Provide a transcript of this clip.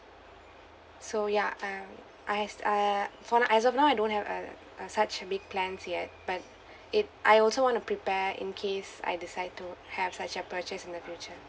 so ya uh I s~ err for now as of now I don't have uh uh such a big plans yet but it I also want to prepare in case I decide to have such a purchase in the future